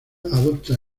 adopta